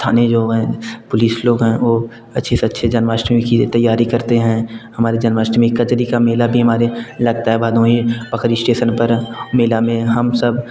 थाने जो हैं पुलिस लोग हैं वे अच्छे से अच्छे जन्माष्टमी की तैयारी करते हैं हमारे जन्माष्टमी कजरी का मेला भी हमारे लगता है भदोही पकरी स्टेसन पर मेले में हम सब